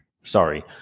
sorry